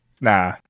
Nah